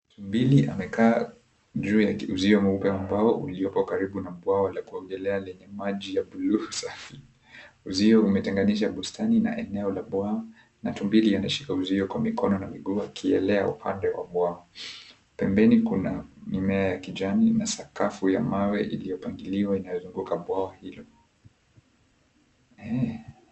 Tumbili amekaa juu ya kiuzio mweupe ambao uliopo karibu na bwawa la kuogelea lenye maji ya buluu safi. Uzio umetenganisha bustani na eneo la bwawa na tumbili anashika uzio kwa mikono na miguu akielea upande wa bwawa. Pembeni kuna mimea ya kijani na sakafu ya mawe iliyopangiliwa inayozunguka bwawa hilo.